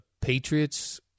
Patriots